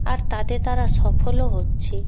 আর তাতে তারা সফলও হচ্ছে